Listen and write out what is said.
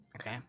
Okay